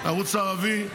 הערוץ הערבי,